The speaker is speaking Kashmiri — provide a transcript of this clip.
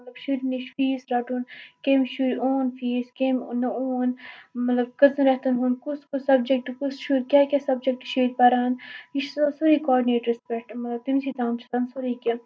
مطلب شُرٮ۪ن نِش فیٖس رَٹُن کیٚمۍ شُرۍ اوٚن فیٖس کیٚمۍ نہٕ اون مطلب کٔژَن رٮ۪تَن ہُنٛد کُس کُس سبجَکٹ کُس شُر کیٛاہ کیٛاہ سَبجَکٹ چھِ ییٚتہِ پَران یہِ چھِ آسان سٲرٕے کاڈنیٹرَس پٮ۪ٹھ مطلب تٔمسٕے تام چھِ آسان سورُے کینٛہہ